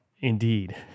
Indeed